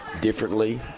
differently